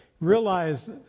realize